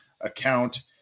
account